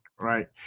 Right